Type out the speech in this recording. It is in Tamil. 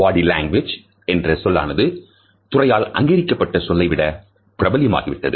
Body Language என்ற சொல்லானது துறையால் அங்கீகரிக்கப்பட்ட சொல்லை விட பிரபலமாகிவிட்டது